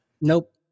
Nope